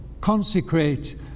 consecrate